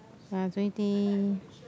yeah Zoey-Tay